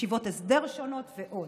ישיבות הסדר שונות ועוד.